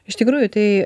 iš tikrųjų tai